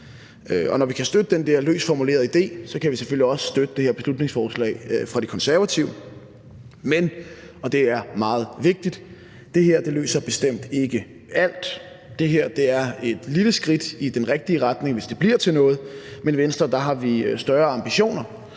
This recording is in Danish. når vi kan støtte den der løst formulerede idé, kan vi selvfølgelig også støtte det her beslutningsforslag fra De Konservative. Men – og det er meget vigtigt – det her løser bestemt ikke alt. Det er et lille skridt i den rigtige retning, hvis det bliver til noget, men i Venstre har vi større ambitioner,